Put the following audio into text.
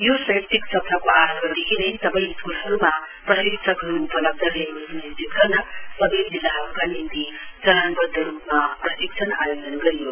यो शैक्षिक सत्रको आरम्भदेखि नै सबै स्कुलहरूमा प्रशिक्षकहरू उपलब्ध रहेको सुनिश्चित गर्न सबै जिल्लाहरूका निम्ति चरणबद्ध रूपमा प्रशिक्षण आयोजन गरियो